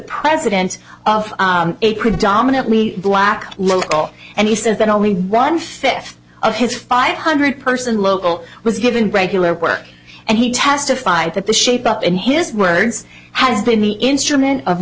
president of a predominantly black and he says that only one fifth of his five hundred person local was given regular work and he testified that the shape up in his words has been the instrument of